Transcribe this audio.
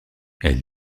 elle